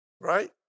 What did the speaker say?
right